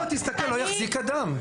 לא, תסתכל: לא יחזיק אדם.